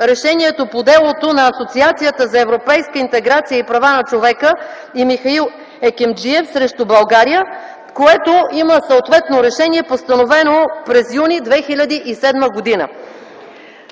решението по делото на „Асоциацията за европейска интеграция и права на човека и Михаил Екимджиев срещу България”, което има съответно решение, постановено през м. юни 2007 г.